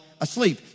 asleep